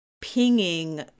pinging